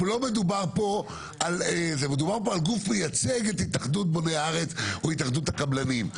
מדובר פה על גוף מייצג את התאחדות בוני הארץ או התאחדות הקבלנים,